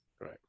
right